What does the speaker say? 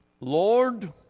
Lord